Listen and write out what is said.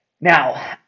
Now